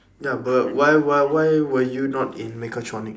ya but why why why were you not in mechatronics